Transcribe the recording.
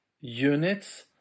units